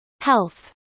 Health